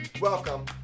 Welcome